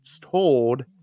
told